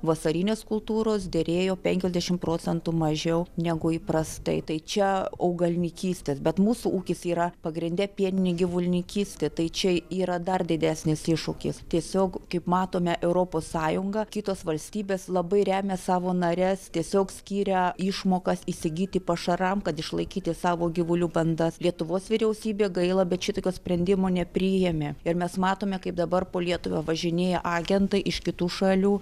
vasarinės kultūros derėjo penkiasdešimt procentų mažiau negu įprastai tai čia augalininkystės bet mūsų ūkis yra pagrinde pieninė gyvulininkystė tai čia yra dar didesnis iššūkis tiesiog kaip matome europos sąjungą kitos valstybės labai remia savo nares tiesiog skiria išmokas įsigyti pašaram kad išlaikyti savo gyvulių bandas lietuvos vyriausybė gaila bet šitokio sprendimo nepriėmė ir mes matome kaip dabar po lietuvą važinėja agentai iš kitų šalių